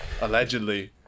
allegedly